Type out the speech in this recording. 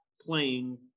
playing